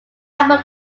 album